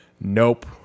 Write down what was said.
nope